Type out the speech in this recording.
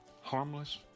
harmless